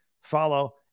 follow